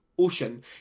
Ocean